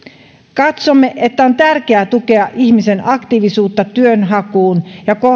katsomme että on tärkeää tukea ihmisen aktiivisuutta työnhakuun ja